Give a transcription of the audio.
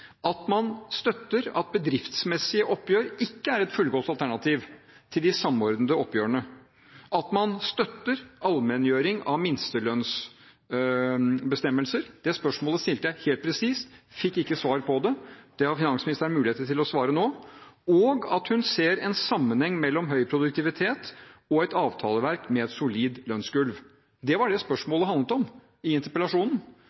at man støtter at bedriftsmessige oppgjør ikke er et fullgodt alternativ til de samordnede oppgjørene, at man støtter allmenngjøring av minstelønnsbestemmelser. Det spørsmålet stilte jeg helt presist. Jeg fikk ikke svar på det. Det har finansministeren muligheter til å svare på nå – og om hun ser en sammenheng mellom høy produktivitet og et avtaleverk med et solid lønnsgulv. Det var det